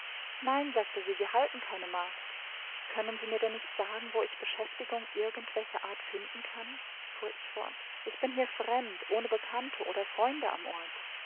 nein sagte sie wir halten keine magd können sie mir denn nicht sagen wo ich beschäftigung irgend welcher art finden kann fuhr ich fort ich bin hier fremd ohne bekannte oder freunde am ort